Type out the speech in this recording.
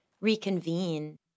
reconvene